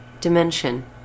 dimension